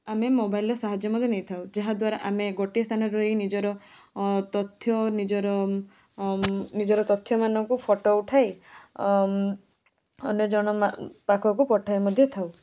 ଆମେ ମୋବାଇଲର ସାହାଯ୍ୟ ମଧ୍ୟ ନେଇଥାଉ ଯାହାଦ୍ୱାରା ଆମେ ଗୋଟିଏ ସ୍ଥାନରେ ରହି ନିଜର ତଥ୍ୟ ନିଜର ନିଜର ତଥ୍ୟମାନଙ୍କୁ ଫଟୋ ଉଠାଇ ଅନ୍ୟଜଣ ପାଖକୁ ପଠାଇ ମଧ୍ୟ ଥାଉ